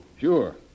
Sure